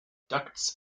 ducts